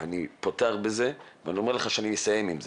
אני פותח בזה ואני אומר לך שאני אסיים עם זה,